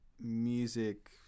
music